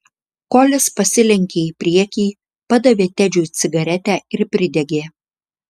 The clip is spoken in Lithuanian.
kolis pasilenkė į priekį padavė tedžiui cigaretę ir pridegė